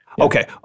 Okay